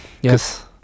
Yes